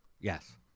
Yes